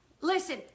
Listen